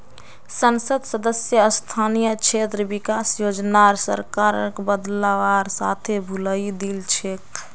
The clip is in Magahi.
संसद सदस्य स्थानीय क्षेत्र विकास योजनार सरकारक बदलवार साथे भुलई दिल छेक